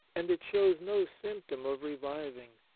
and it shows no symp tom of reviving.